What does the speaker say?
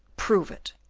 prove it,